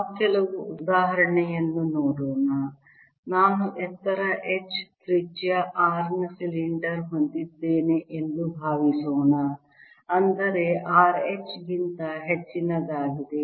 ನಾವು ಕೆಲವು ಉದಾಹರಣೆಯನ್ನು ನೋಡೋಣ ನಾನು ಎತ್ತರ h ತ್ರಿಜ್ಯ r ನ ಸಿಲಿಂಡರ್ ಹೊಂದಿದ್ದೇನೆ ಎಂದು ಭಾವಿಸೋಣ ಅಂದರೆ r h ಗಿಂತ ಹೆಚ್ಚಿನದಾಗಿದೆ